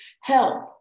help